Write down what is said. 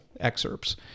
excerpts